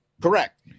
Correct